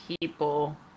people